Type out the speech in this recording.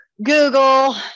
Google